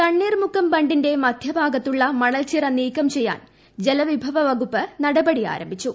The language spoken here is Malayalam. തണ്ണീർമുക്കം ബണ്ടിന്റെ മധ്യഭാഗത്തുള്ള മണൽച്ചിറ നീക്കം ചെയ്യാൻ ജല വിഭവ വകുപ്പ് നടപടി ആരംഭിച്ചു